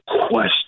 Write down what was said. question